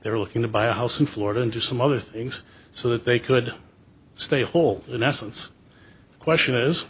they're looking to buy a house in florida and do some other things so that they could stay whole in essence the question is